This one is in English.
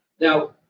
Now